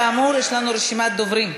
כאמור יש לנו רשימת דוברים.